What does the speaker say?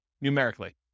numerically